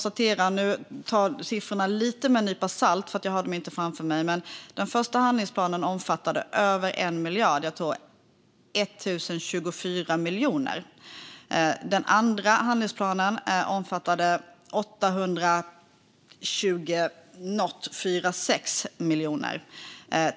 Ta siffrorna med en nypa salt, eftersom jag inte har dem framför mig. Men den första handlingsplanen omfattade över 1 miljard. Jag tror att det var 1 024 miljoner. Den andra handlingsplanen omfattade 824 eller 826 miljoner.